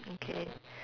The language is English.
okay